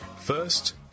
First